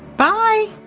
bye!